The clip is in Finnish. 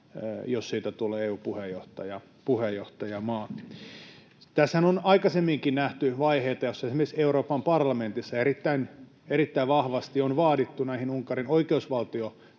jos siitä tulee EU:n puheenjohtajamaa. Tässähän on aikaisemminkin nähty vaiheita, että esimerkiksi Euroopan parlamentissa erittäin vahvasti on vaadittu näihin Unkarin oikeusvaltioperiaatteisiin